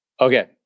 Okay